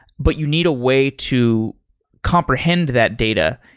but you need a way to comprehend that data,